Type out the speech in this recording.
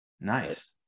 Nice